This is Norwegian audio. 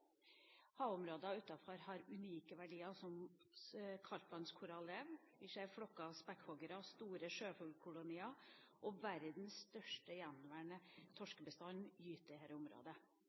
har unike verdier, som kaldtvannskorallrev. Vi ser flokker av spekkhoggere og store sjøfuglkolonier, og verdens største gjenværende torskebestand gyter i dette området.